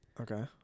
Okay